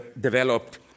developed